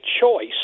choice